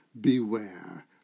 beware